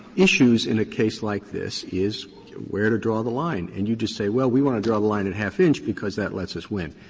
issues in a case like this is where to draw the line. and you just say, well, we want to draw the line at half inch because that lets us win.